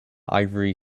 ivory